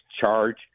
charge